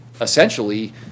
essentially